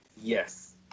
Yes